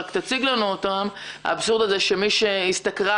רק תציג לנו אותם כאשר אחת